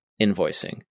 invoicing